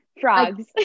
frogs